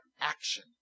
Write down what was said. action